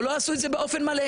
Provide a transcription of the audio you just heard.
או שלא עשו את זה באופן מלא.